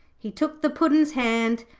he took the puddin's hand,